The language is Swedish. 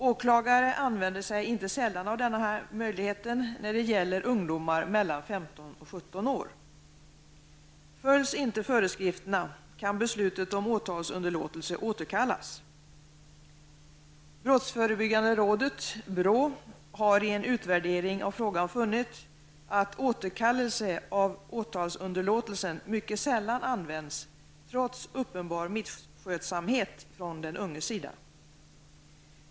Åklagare använder sig inte sällan av denna möjlighet när det gäller ungdomar mellan 15 och 17 år. Följs inte föreskrifterna kan beslutet om åtalsunderlåtelse återkallas. BRÅ har i en utvärdering av frågan funnit att återkallelse av åtalsunderlåtelsen mycket sällan används trots uppenbar misskötsamhet från den unges sida.